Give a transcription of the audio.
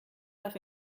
darf